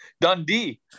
Dundee